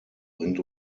bringt